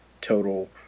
total